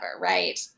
right